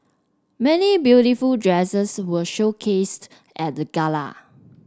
many beautiful dresses were showcased at the gala